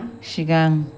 सिगां